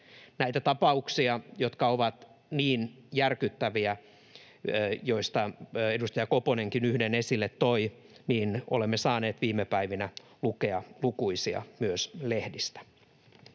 Näitä tapauksia, jotka ovat niin järkyttäviä, joista edustaja Koponenkin yhden esille toi, olemme saaneet viime päivinä lukea lukuisia myös lehdistä.